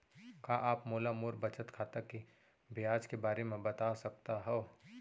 का आप मोला मोर बचत खाता के ब्याज के बारे म बता सकता हव?